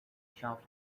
shelf